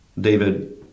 David